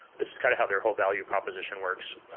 this is kind of how their whole value proposition works.